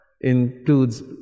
includes